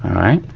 right.